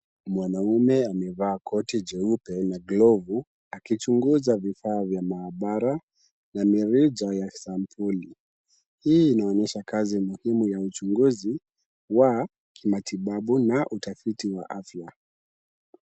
Mwanamume amevaa koti jeupe na glovu akichunguza vifaa vya maabara na mirija ya sampuli. Hii inaonyesha kazi muhimu ya uchunguzi wa kimatibabu na utafiti wa afya.